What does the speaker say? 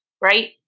right